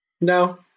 No